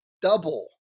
double